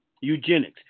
eugenics